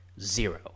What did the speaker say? zero